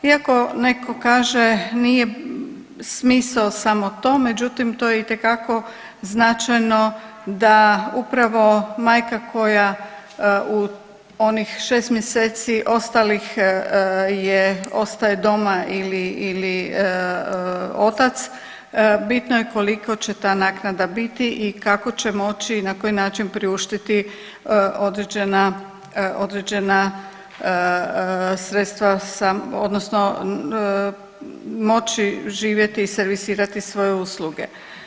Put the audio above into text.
Iako neko kaže nije smisao samo to međutim to je itekako značajno da upravo majka koja u onih 6 mjeseci ostalih je ostaje doma ili, ili otac bitno je kolika će ta naknada biti i kako će moći i na koji način priuštiti određena, određena sredstva sa odnosno moći živjeti i servisirati svoje usluge.